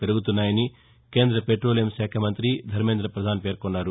పెరుగుతున్నాయని కేంద పెట్రోలియం శాఖ మంతి ధర్మేంద పధాన్ పేర్కొన్నారు